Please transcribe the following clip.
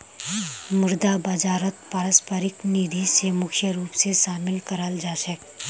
मुद्रा बाजारत पारस्परिक निधि स मुख्य रूप स शामिल कराल जा छेक